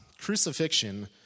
Crucifixion